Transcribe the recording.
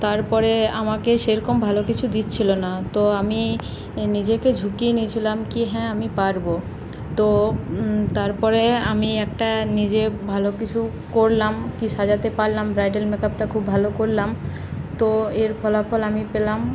তার পরে আমাকে সেরকম ভালো কিছু দিচ্ছিল না তো আমি নিজেকে ঝুঁকি নিয়েছিলাম কী হ্যাঁ আমি পারব তো তার পরে আমি একটা নিজে ভালো কিছু করলাম কী সাজাতে পারলাম ব্রাইডাল মেকআপটা খুব ভালো করলাম তো এর ফলাফল আমি পেলাম